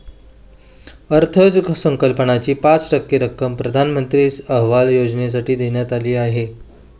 अर्थसंकल्पातील पाच टक्के रक्कम पंतप्रधान आवास योजनेसाठी देण्यात आली आहे